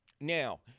Now